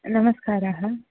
नमस्कारः